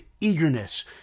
eagerness